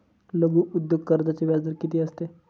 लघु उद्योग कर्जाचे व्याजदर किती असते?